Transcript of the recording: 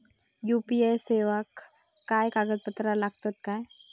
UPI सेवाक काय कागदपत्र लागतत काय?